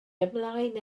ymlaen